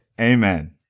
Amen